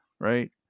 right